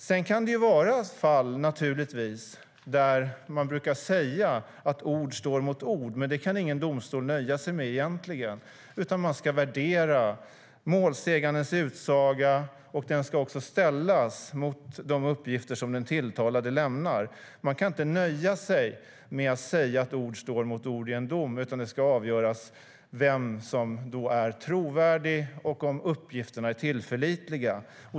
Sedan kan det naturligtvis vara fall där ord står mot ord, men det kan ingen domstol egentligen nöja sig med. Man ska värdera målsägandes utsaga, som ska ställas mot de uppgifter som den tilltalade lämnar. Man kan inte nöja sig med att säga att ord står mot ord i en dom, utan det ska avgöras vem som är trovärdig och om uppgifterna är tillförlitliga.